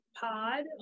Pod